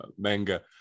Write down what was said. manga